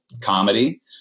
comedy